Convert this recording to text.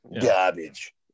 Garbage